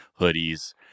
hoodies